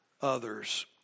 others